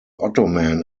ottoman